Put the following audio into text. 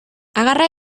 agarra